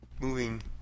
moving